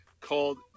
called